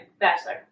Bachelor